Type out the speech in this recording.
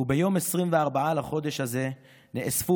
"וביום עשרים וארבעה לחודש הזה נאספו